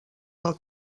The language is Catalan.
del